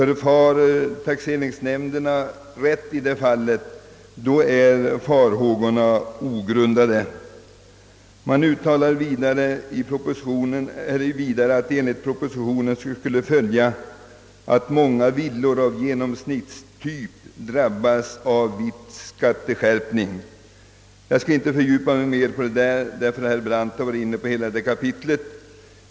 Om taxeringsnämnderna förfar riktigt, är farhågorna i det fallet alltså ogrundade. Man säger vidare att av propositionen skulle följa »att många villor av genomsnittstyp drabbas av viss skatteskärp ning». Jag skall inte här fördjupa mig i den saken, eftersom herr Brandt redan har behandlat hela det kapitlet.